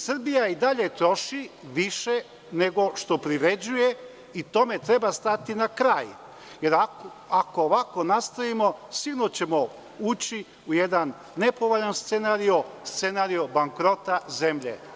Srbija i dalje troši više nego što privređuje i tome treba stati na kraj, jer ako ovako nastavimo sigurno ćemo ući u jedan nepovoljan scenarijo, scenarijo bankrota zemlje.